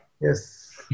Yes